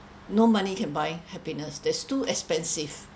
no money can buy happiness that's too expensive